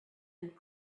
and